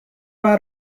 باید